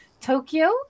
Tokyo